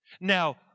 Now